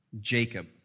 Jacob